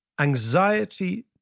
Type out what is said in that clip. Anxiety